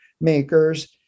makers